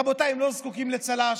רבותיי, הם לא זקוקים לצל"ש,